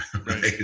right